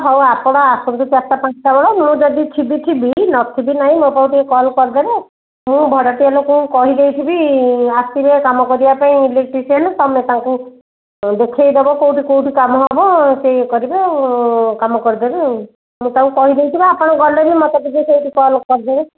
ହଉ ଆପଣ ଆସନ୍ତୁ ଚାରିଟା ପାଞ୍ଚଟା ବେଳେ ମୁଁ ଯଦି ଥିବି ଥିବି ନଥିବି ନାଇଁ ମୋ ପାଖକୁ ଟିକେ କଲ୍ କରିଦେବେ ମୁଁ ଭଡ଼ାଟିଆ ଲୋକଙ୍କୁ କହି ଦେଇଥିବି ଆସିବେ କାମ କରିବା ପାଇଁ ଇଲେଟ୍ରିସିଆନ୍ ତୁମେ ତାଙ୍କୁ ଦେଖାଇ ଦେବ କେଉଁଠି କେଉଁଠି କାମ ହେବ ସେ ଇଏ କରିବେ ଆଉ କାମ କରିଦେବେ ଆଉ ମୁଁ ତାଙ୍କୁ କହି ଦେଇଥିବି ଆପଣ ଗଲେ ବି ମୋତେ ଟିକେ ସେଇଠି କଲ୍ କରିଦେବେ